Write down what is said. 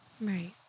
right